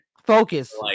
Focus